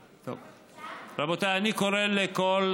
רבותיי, אני קורא לכל